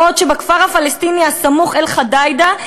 בעוד בכפר הפלסטיני הסמוך אל-חדידיה,